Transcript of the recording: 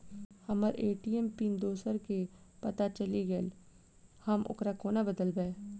हम्मर ATM PIN दोसर केँ पत्ता चलि गेलै, हम ओकरा कोना बदलबै?